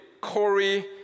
Corey